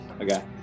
okay